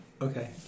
Okay